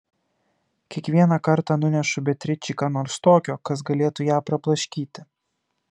kiekvieną kartą nunešu beatričei ką nors tokio kas galėtų ją prablaškyti